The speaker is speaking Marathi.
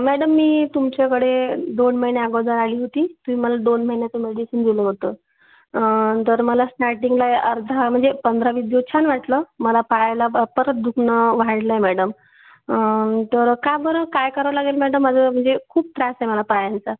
मॅडम मी तुमच्याकडे दोन महिन्याअगोदर आली होती तुम्ही मल दोन महिन्याचं मेडिसिन दिलं होतं तर मला स्नॅटिंगला अर्धा म्हणजे पंधरावीस दिवस छान वाटलं मला पायाला बं परत दुखणं वाढलंय मॅडम तर का बरं काय करावं लागेल मॅडम माझं म्हणजे खूप त्रास आहे मला पायांचा